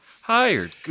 Hired